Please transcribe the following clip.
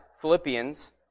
Philippians